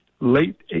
late